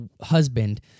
husband